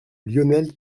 lionel